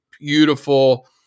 Beautiful